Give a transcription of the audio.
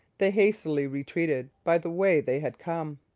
they hastily retreated by the way they had come.